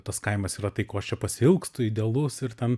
tas kaimas yra tai ko aš čia pasiilgstu idealus ir ten